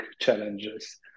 challenges